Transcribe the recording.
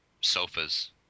sofas